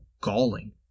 galling